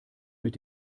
mit